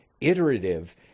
iterative